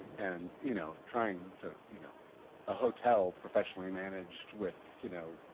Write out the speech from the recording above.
and you know, trying to you know a hotel professionally managed with, you know,